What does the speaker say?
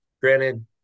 Granted